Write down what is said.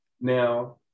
Now